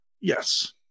Yes